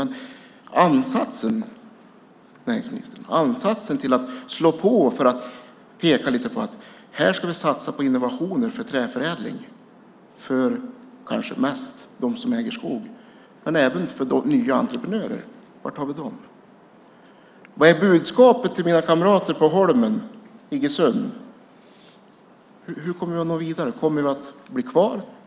Men var är ansatsen, näringsministern, när det gäller att peka lite på att vi ska satsa på innovationer för träförädling, kanske mest för dem som äger skog men även för nya entreprenörer? Var har vi den? Vad är budskapet till mina kamrater på Holmen, Iggesund? Hur kommer vi att nå vidare? Kommer vi att bli kvar?